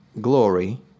glory